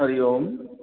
हरिः ओम्